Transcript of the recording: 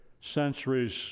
centuries